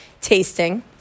tasting